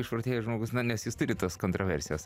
išprotėjęs žmogus na nes jis turi tas kontroversijas